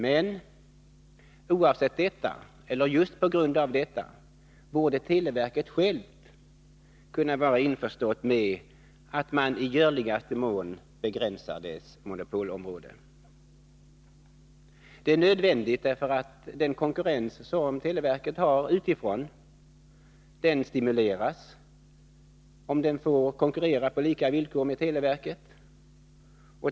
Men oavsett detta, eller kanske just på grund av detta, borde televerket självt kunna vara införstått med att man i görligaste mån begränsar dess monopolområde. En sådan avgränsning är angelägen eftersom den konkurrens som televerket har utifrån stimuleras om företagen får konkurrera på lika villkor med televerket.